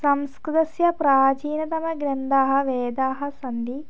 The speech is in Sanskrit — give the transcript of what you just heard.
संस्कृतस्य प्राचीनतमग्रन्थाः वेदाः सन्ति